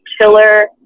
killer